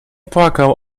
płakał